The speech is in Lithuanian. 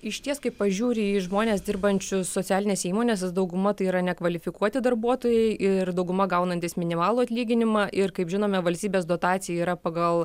išties kai pažiūri į žmones dirbančių socialinėse įmonėse dauguma tai yra nekvalifikuoti darbuotojai ir dauguma gaunantys minimalų atlyginimą ir kaip žinome valstybės dotacija yra pagal